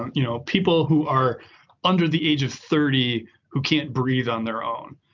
you know, people who are under the age of thirty who can't breathe on their own.